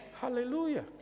Hallelujah